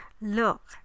look